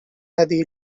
هذه